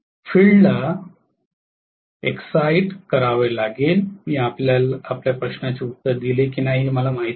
फील्डला excite करावे लागेल मी आपल्या प्रश्नाचे उत्तर दिले की नाही हे मला माहित नाही